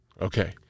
Okay